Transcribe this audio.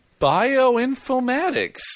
bioinformatics